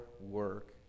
work